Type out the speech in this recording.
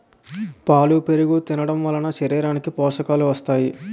పాలు పెరుగు తినడంవలన శరీరానికి పోషకాలు వస్తాయి